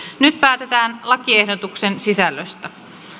nyt päätetään lakiehdotuksen sisällöstä